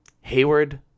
Hayward